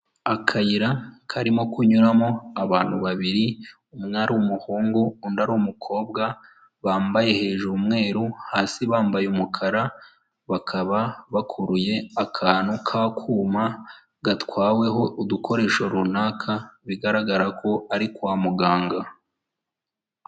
Akayira karimo kunyuramo abantu babiri, umwe ari umuhungu, undi ari umukobwa, bambaye hejuru umweru. hasi bambaye umukara, bakaba bakuruye akantu k'akuma gatwaweho udukoresho runaka bigaragara ko ari kwa muganga.